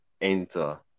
enter